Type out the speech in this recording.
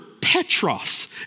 Petros